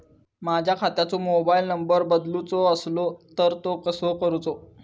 माझ्या खात्याचो mobile number बदलुचो असलो तर तो कसो करूचो?